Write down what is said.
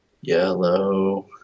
Yellow